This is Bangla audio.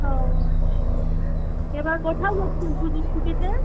ও আচ্ছা এবার কোথায় যাচ্ছেন পুজোর ছুটিতে